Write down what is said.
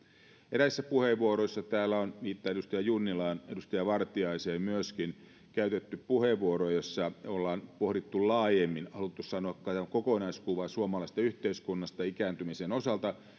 eräissä puheenvuoroissa täällä on viittaan edustaja junnilaan edustaja vartiaiseen myöskin käytetty puheenvuoroja joissa ollaan pohdittu laajemmin tätä on haluttu sanoa kokonaiskuva suomalaisesta yhteiskunnasta ikääntymisen osalta